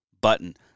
button